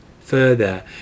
Further